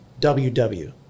WW